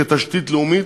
כתשתית לאומית